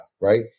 right